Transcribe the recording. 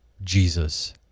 Jesus